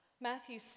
Matthew